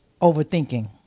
Overthinking